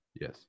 Yes